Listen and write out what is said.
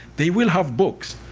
they will have books,